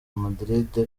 madrid